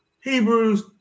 Hebrews